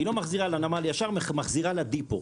היא לא מחזירה לנמל ישר מחזירה לדיפו.